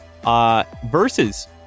Versus